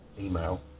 email